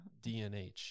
dnh